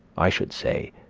i should say,